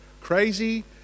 crazy